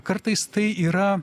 kartais tai yra